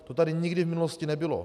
To tady nikdy v minulosti nebylo.